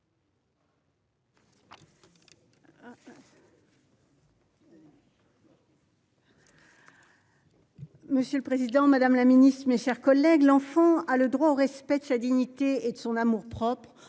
Monsieur le Président Madame la Ministre, mes chers collègues, l'enfant a le droit au respect de sa dignité et de son amour propre